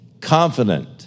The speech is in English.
confident